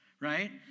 right